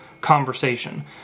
conversation